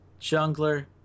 jungler